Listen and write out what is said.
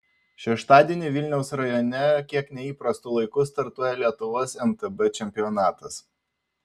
šeštadienį vilniaus rajone kiek neįprastu laiku startuoja lietuvos mtb čempionatas